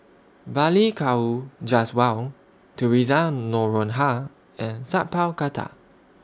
Balli Kaur Jaswal Theresa Noronha and Sat Pal Khattar